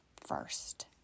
first